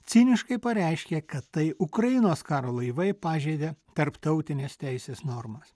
ciniškai pareiškė kad tai ukrainos karo laivai pažeidė tarptautinės teisės normas